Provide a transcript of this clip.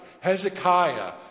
Hezekiah